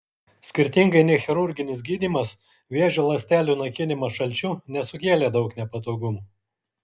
skirtingai nei chirurginis gydymas vėžio ląstelių naikinimas šalčiu nesukėlė daug nepatogumų